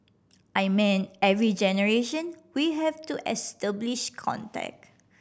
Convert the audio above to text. I mean every generation we have to establish contact